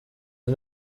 iyi